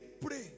pray